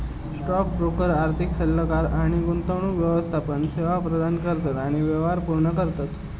stock broker आर्थिक सल्लोगार आणि गुंतवणूक व्यवस्थापन सेवा प्रदान करतत आणि व्यवहार पूर्ण करतत